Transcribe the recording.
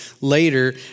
later